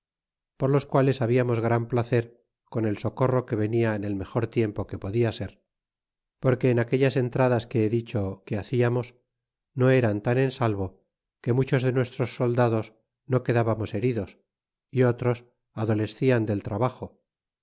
por los quales hablamos gran placer con el socorro que venia en el mejor tiempo que podia ser porque en aquellas entradas que he dicho que hacíamos no eran tan en salvo que muchos de nuestros soldados no quedábamos heridos y otros adolescian del trabajo